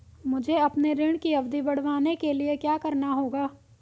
मुझे अपने ऋण की अवधि बढ़वाने के लिए क्या करना होगा?